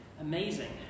amazing